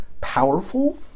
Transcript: powerful